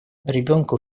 ребенку